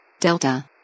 Delta